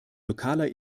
lokaler